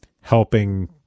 helping